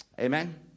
Amen